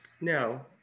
No